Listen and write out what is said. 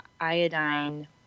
iodine